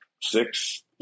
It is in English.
Six